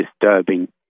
disturbing